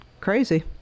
Crazy